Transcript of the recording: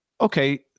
okay